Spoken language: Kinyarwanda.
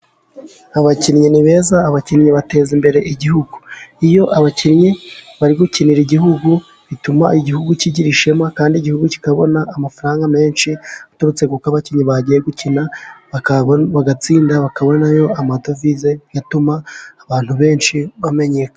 Abakinnyi ni beza, abakinnyi bateza imbere igihugu. Iyo abakinnyi bari gukinira igihugu bituma igihugu kigira ishema, kandi igihugu kikabona amafaranga menshi, aturutse kuko abakinnyi bagiye gukina bagatsinda; bakabonayo amadovize atuma abantu benshi bamenyekana.